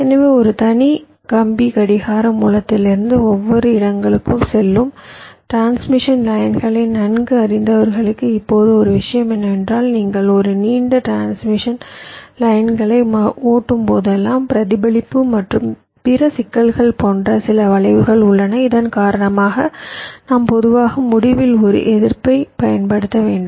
எனவே ஒரு தனி கம்பி கடிகார மூலத்திலிருந்து ஒவ்வொரு இடங்களுக்கும் செல்லும் டிரான்ஸ்மிஷன் லைன்களை நன்கு அறிந்தவர்களுக்கு இப்போது ஒரு விஷயம் என்னவென்றால் நீங்கள் ஒரு நீண்ட டிரான்ஸ்மிஷன் லைன்களை ஓட்டும் போதெல்லாம் பிரதிபலிப்பு மற்றும் பிற சிக்கல்கள் போன்ற சில விளைவுகள் உள்ளன இதன் காரணமாக நாம் பொதுவாக முடிவில் ஒரு எதிர்ப்பைப் பயன்படுத்த வேண்டும்